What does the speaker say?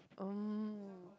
um